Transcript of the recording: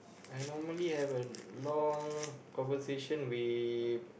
I normally have a long conversation with